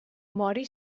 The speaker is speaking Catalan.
mori